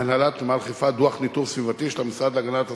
מהנהלת נמל חיפה דוח ניטור סביבתי של המשרד להגנת הסביבה,